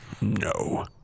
No